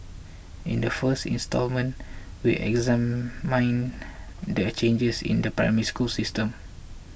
in the first instalment we examine the a changes in the Primary School system